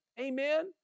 amen